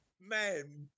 man